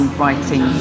writing